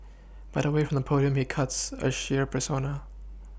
but away from the podium he cuts a shyer persona